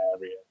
area